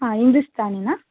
ಹಾಂ ಹಿಂದೂಸ್ತಾನಿನ